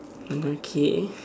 okay